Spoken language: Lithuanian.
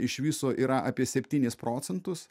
iš viso yra apie septynis procentus